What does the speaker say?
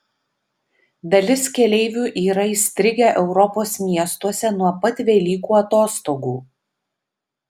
dalis keleivių yra įstrigę europos miestuose nuo pat velykų atostogų